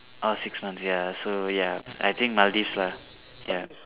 uh six months ya so ya I think Maldives lah ya